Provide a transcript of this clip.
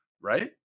right